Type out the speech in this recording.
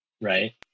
right